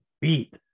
beat